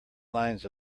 lines